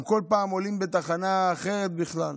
הם כל פעם עולים בתחנה אחרת בכלל.